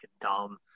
dumb